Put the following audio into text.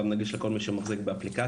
הוא גם נגיש לכל מי שמחזיק באפליקציה